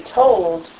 told